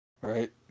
Right